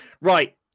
Right